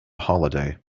holiday